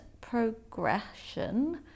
progression